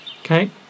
Okay